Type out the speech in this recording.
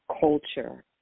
culture